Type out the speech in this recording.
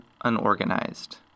unorganized